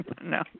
No